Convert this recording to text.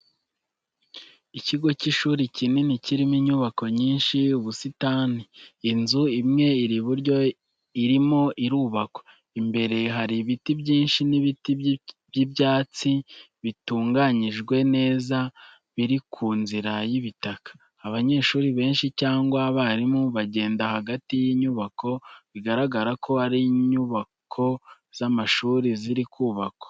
Ikigo cy'ishuri kinini kirimo inyubako nyinshi n'ubusitani. Inzu imwe iri iburyo irimo irubakwa, imbere hari ibiti byinshi n'ibiti by'ibyatsi bitunganyijwe neza biri ku nzira y'ibitaka. Abanyeshuri benshi cyangwa abarimu bagenda hagati y'inyubako. Biragaragara ko ari inyubazo z'amashuri ziri kubakwa.